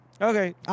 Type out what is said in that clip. Okay